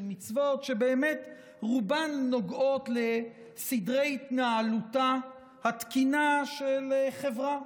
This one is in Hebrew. מצוות שבאמת רובן נוגעות לסדרי התנהלותה התקינה של חברה,